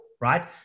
right